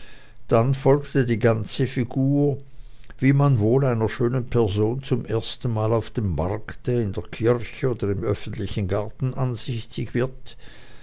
dann folgte die ganze figur wie man wohl einer schönen person zum ersten mal auf dem markte in der kirche oder im öffentlichen garten ansichtig wird